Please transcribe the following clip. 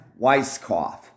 Weisskopf